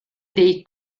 dei